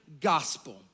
gospel